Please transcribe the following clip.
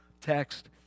text